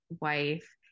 wife